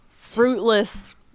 fruitless